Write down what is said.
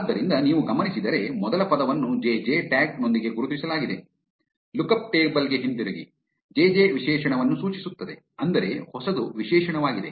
ಆದ್ದರಿಂದ ನೀವು ಗಮನಿಸಿದರೆ ಮೊದಲ ಪದವನ್ನು ಜೆಜೆ ಟ್ಯಾಗ್ ನೊಂದಿಗೆ ಗುರುತಿಸಲಾಗಿದೆ ಲುಕಪ್ ಟೇಬಲ್ ಗೆ ಹಿಂತಿರುಗಿ ಜೆಜೆ ವಿಶೇಷಣವನ್ನು ಸೂಚಿಸುತ್ತದೆ ಅಂದರೆ ಹೊಸದು ವಿಶೇಷಣವಾಗಿದೆ